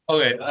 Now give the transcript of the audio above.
Okay